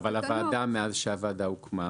אבל מאז הוקמה הוועדה?